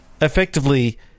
effectively